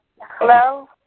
Hello